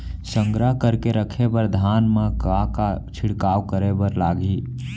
संग्रह करके रखे बर धान मा का का छिड़काव करे बर लागही?